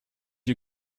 you